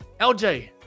lj